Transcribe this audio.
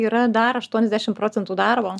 yra dar aštuoniasdešim procentų darbo